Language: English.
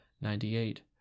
Ninety-eight